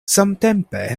samtempe